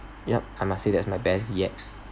yup I must say that's my best yet